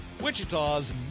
Wichita's